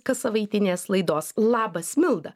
kassavaitinės laidos labas milda